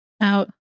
out